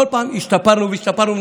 ובכל פעם השתפרנו והשתפרנו,